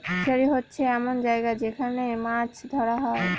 fishery হচ্ছে এমন জায়গা যেখান মাছ ধরা হয়